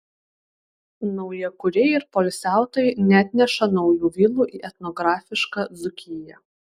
naujakuriai ir poilsiautojai neatneša naujų vilų į etnografišką dzūkiją